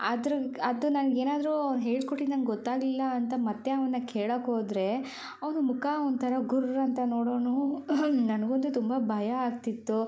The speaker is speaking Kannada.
ಆದ್ರೆ ಅದು ನನಗೆ ಏನಾದರೂ ಹೇಳ್ಕೊಟ್ಟಿದ್ದು ನಂಗೆ ಗೊತ್ತಾಗಲಿಲ್ಲ ಅಂತ ಮತ್ತೆ ಅವನ್ನ ಕೇಳೋಕೋದ್ರೆ ಅವನ ಮುಖ ಒಂಥರ ಗುರ್ ಅಂತ ನೋಡೋನು ನನಗಂತೂ ತುಂಬ ಭಯ ಆಗ್ತಿತ್ತು